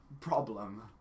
problem